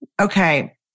Okay